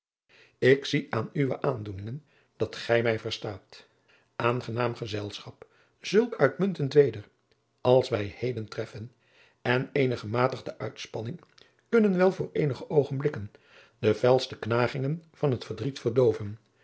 ik zie aan uwe aandoeningen dat gij mij verstaat aangenaam gezelschap zulk uitmuntend weder als wij heden treffen en eene gematigde uitspanning kunnen wel voor eenige oogenblikken de felste knagingen van het verdriet verdooven